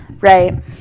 right